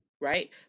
right